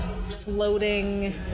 floating